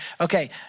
Okay